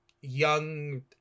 young